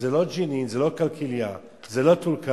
זה לא ג'נין, זה לא קלקיליה, זה לא טול-כרם.